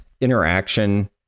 interaction